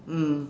mm